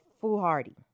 foolhardy